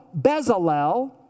Bezalel